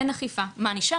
אין אכיפה, מה נשאר?